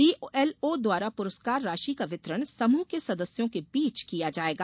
BLO द्वारा पुरस्कार राशि का वितरण समूह के सदस्यों के बीच किया जायेगा